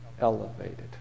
elevated